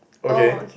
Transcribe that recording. okay